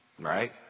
Right